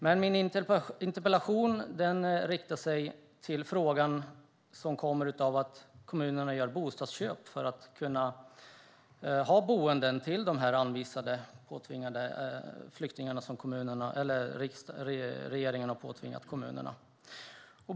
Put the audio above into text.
Men min interpellation handlar om att kommunerna gör bostadsköp för att kunna erbjuda boenden åt de flyktingar som regeringen har påtvingat dem.